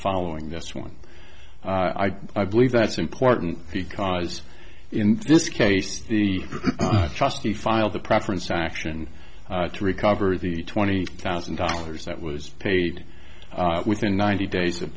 following this one i believe that's important because in this case the trustee filed the preference action to recover the twenty thousand dollars that was paid within ninety days of